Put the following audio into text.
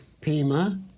Pima